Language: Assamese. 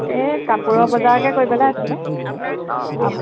এই কাপোৰৰ বজাৰকে কৰিবলৈ আছিলে